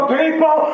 people